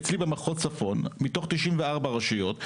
אצלי במחוז צפון מתוך 94 רשויות,